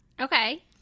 Okay